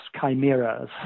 chimeras